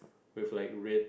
with like red